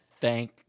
thank